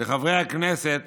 לחברי הכנסת